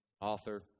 author